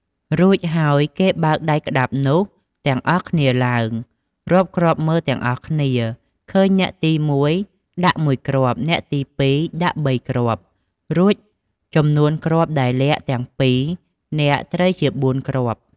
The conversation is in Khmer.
រួចហើយគេបើកដៃក្តាប់នោះទាំងអស់គ្នាឡើង រាប់គ្រាប់មើលទាំងអស់គ្នា ឃើញអ្នកទី ១ ដាក់ ១ គ្រាប់ អ្នកទី ២ ដាក់ ៣ គ្រាប់ រួមចំនួនគ្រាប់ដែលលាក់ទាំង ២ នាក់ ត្រូវជា ៤ គ្រាប់។